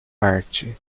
arte